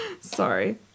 Sorry